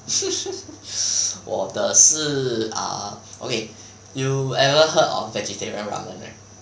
我的是 ah okay you ever heard of vegetarian ramen right